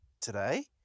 today